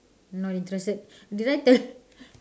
not interested did I tell you